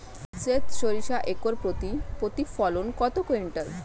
সেত সরিষা একর প্রতি প্রতিফলন কত কুইন্টাল?